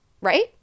right